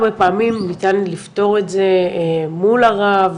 הרבה פעמים ניתן לפתור את זה מול הרב,